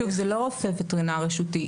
שוב, זה לא רופא וטרינר רשותי.